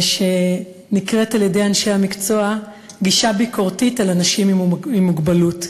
שנקראת על-ידי אנשי המקצוע גישה ביקורתית על אנשים עם מוגבלות.